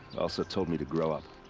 also told me to grow up.